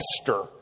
Esther